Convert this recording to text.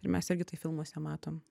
ir mes irgi tai filmuose matom